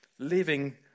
Living